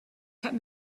kept